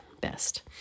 best